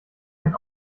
ein